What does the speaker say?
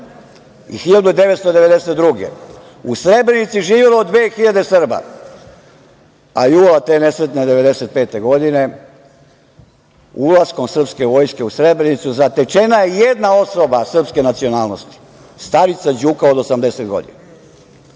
i 1992. godine u Srebrenici živelo 2.000 Srba, a jula te nesretne 1995. godine ulaskom srpske vojske u Srebrenicu zatečena je jedna osoba srpske nacionalnosti, starica Đuka od 80 godina. Šta